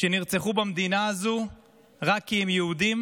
שנרצחו במדינה הזו רק כי הם יהודים,